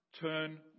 turn